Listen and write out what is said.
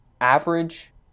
average